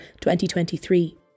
2023